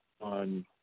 on